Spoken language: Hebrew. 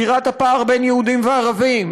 סגירת הפער בין יהודים וערבים,